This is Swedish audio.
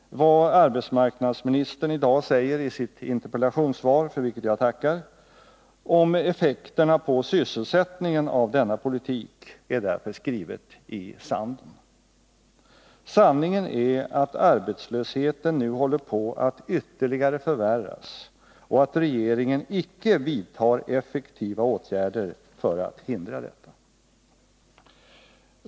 Vad arbetsmarknadsministern i dag säger i sitt interpellationssvar — för vilket jag tackar — om effekterna på sysselsättningen av denna politik är därför skrivet i sanden. Sanningen är att arbetslösheten nu håller på att ytterligare förvärras och att regeringen icke vidtar effektiva åtgärder för att hindra detta.